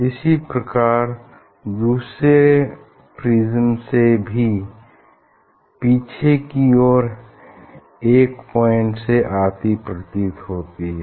इसी प्रकार दूसरे प्रिज्म से भी पीछे की ओर एक पॉइंट से आती प्रतीत होती है